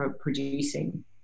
producing